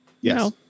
Yes